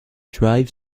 drive